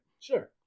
Sure